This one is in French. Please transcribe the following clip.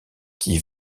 qui